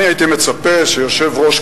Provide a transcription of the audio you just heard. אני הייתי מצפה שיושב-ראש,